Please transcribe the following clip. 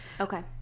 Okay